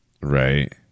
Right